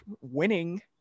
winning